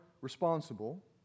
responsible